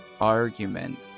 argument